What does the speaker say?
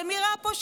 למי רע פה?